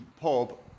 pub